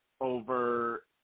over